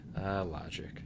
logic